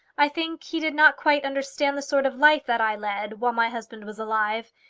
i think he did not quite understand the sort of life that i led while my husband was alive,